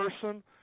person